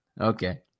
Okay